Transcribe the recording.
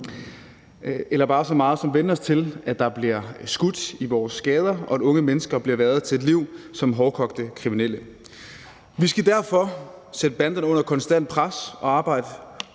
eller bare så meget som vænne os til, at der bliver skudt i vores gader, og at unge mennesker bliver hvervet til et liv som hårdkogte kriminelle. Vi skal derfor sætte banderne under konstant pres og i den